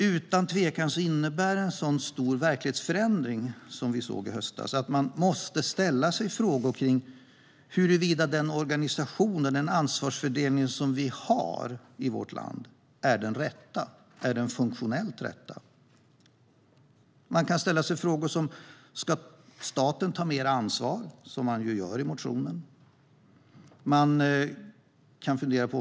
Utan tvekan innebär en så stor verklighetsförändring som vi såg i höstas att vi måste ställa oss frågor kring huruvida den organisation och den ansvarsfördelning som vi har i vårt land är funktionell och den rätta. Frågan kan ställas, som man gör i motionen, om staten ska ta mer ansvar.